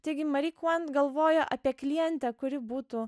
taigi mari kuant galvojo apie klientę kuri būtų